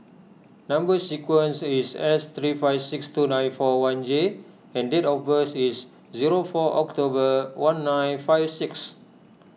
Number Sequence is S three five six two nine four one J and date of birth is zero four October one nine five six